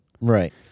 Right